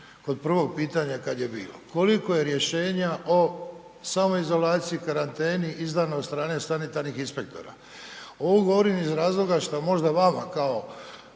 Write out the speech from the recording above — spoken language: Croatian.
kod prvog pitanja kad je bilo. Koliko je rješenja o samoizolaciji, karanteni izdano od strane sanitarnih inspektora? Ovo govorim iz razloga šta možda vama kao